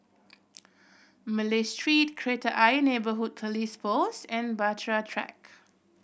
Malay Street Kreta Ayer Neighbourhood Police Post and Bahtera Track